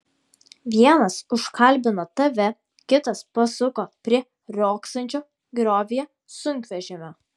vienas užkalbino tave kitas pasuko prie riogsančio griovyje sunkvežimio